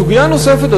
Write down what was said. סוגיה נוספת,